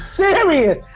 serious